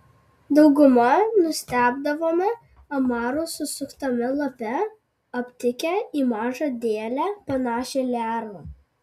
dauguma nustebdavome amarų susuktame lape aptikę į mažą dėlę panašią lervą